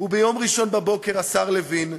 וביום ראשון בבוקר, השר לוין,